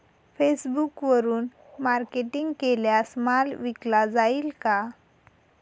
फेसबुकवरुन मार्केटिंग केल्यास माल विकला जाईल का?